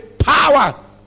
power